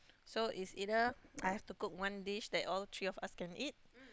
so it's either I've to cook one dish that all three of us can eat